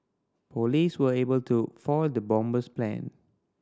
police were able to foil the bomber's plan